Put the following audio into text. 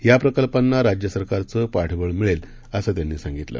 या प्रकल्पांना राज्य सरकारचं पाठबळ मिळेल असं त्यांनी सांगितलं